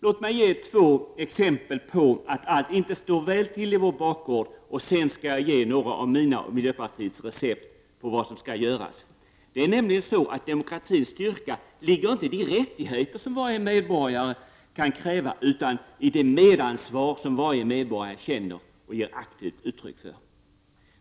Låt mig ge två exempel på att allt inte står väl till på vår bakgård. Sedan skall jag ge mina och miljöpartiets recept på vad som skall göras. Demokratins styrka ligger nämligen inte i de rättigheter som varje medborgare kan kräva, utan i det medansvar som varje meborgare känner och ger aktivt uttryck för.